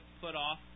put-off